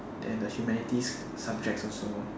then the humanities subjects also